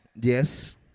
Yes